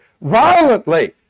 violently